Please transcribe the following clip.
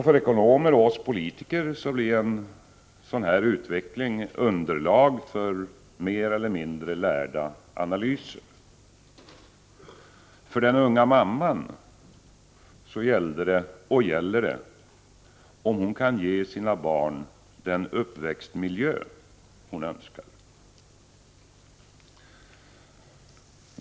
För ekonomer och för oss politiker blir en sådan utveckling underlag för mer eller mindre lärda analyser. För den unga mamman gällde det, och gäller det, om hon kan ge sina barn den uppväxtmiljö hon önskar.